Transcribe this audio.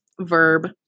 Verb